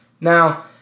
Now